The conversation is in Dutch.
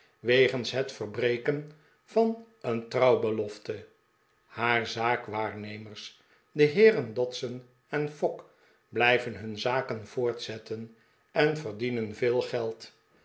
wegens het verbreken van een trouwbelofte haar zaakwaarnemers de heeren dodson en fogg blijven hun zaken voortzetten en verdienen veel geld